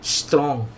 strong